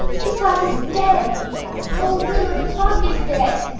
the clock is dead he gasped, oh willa, the clock is dead